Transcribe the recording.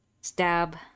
stab